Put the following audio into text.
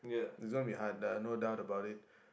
it's gonna be hard no doubt about it